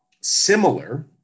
similar